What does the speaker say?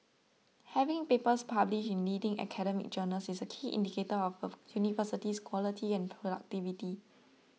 having papers published in leading academic journals is a key indicator of of university's quality and productivity